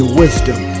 wisdom